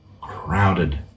crowded